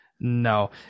no